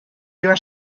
your